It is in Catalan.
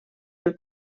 pel